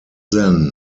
then